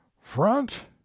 front